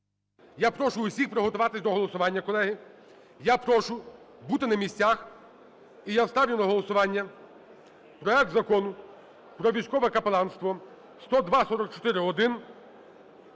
Я прошу усіх приготуватися до голосування, колеги. Я прошу бути на місцях, і я ставлю на голосування проект Закону про військове капеланство (10244-1),